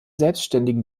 selbständigen